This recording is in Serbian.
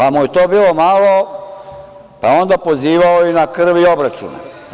To mu je bilo malo, pa je onda pozivao na krv i obračune.